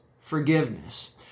Forgiveness